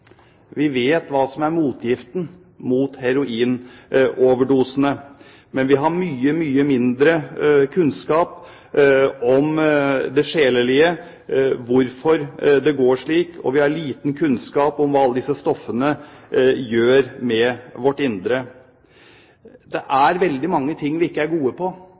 Vi vet hva som er motgiften mot heroinoverdosene, men vi har mye, mye mindre kunnskap om det sjelelige – hvorfor det går slik – og vi har liten kunnskap om hva alle disse stoffene gjør med vårt indre. Det er veldig mange ting vi ikke er gode på.